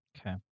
Okay